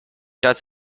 does